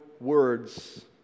words